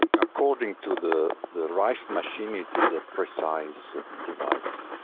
ah according to the the rife machine, it is a precise and device.